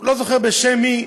לא זוכר בשם מי,